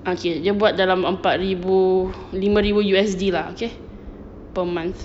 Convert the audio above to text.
okay dia buat dalam empat ribu lima ribu U_S_D lah okay per month